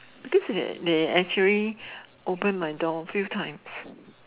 because they actually open my door a few times